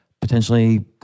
potentially